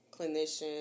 clinician